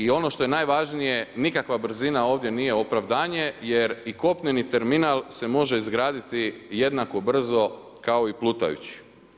I ono što je najvažnije, nikakva brzina ovdje nije opravdanje jer i kopneni terminal se može izgraditi jednako brzo kao i plutajući.